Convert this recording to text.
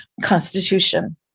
constitution